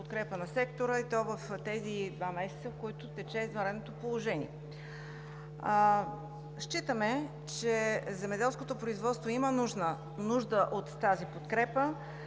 подкрепа на сектора, и то в тези два месеца, в които тече извънредното положение. Считаме, че земеделското производство има нужда от тази подкрепа,